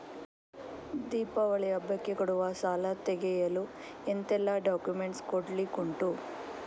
ದೀಪಾವಳಿ ಹಬ್ಬಕ್ಕೆ ಕೊಡುವ ಸಾಲ ತೆಗೆಯಲು ಎಂತೆಲ್ಲಾ ಡಾಕ್ಯುಮೆಂಟ್ಸ್ ಕೊಡ್ಲಿಕುಂಟು?